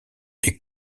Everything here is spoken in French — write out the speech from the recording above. est